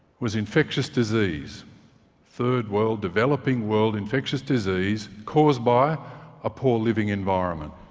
was infectious disease third world, developing world infectious disease, caused by a poor living environment.